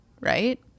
right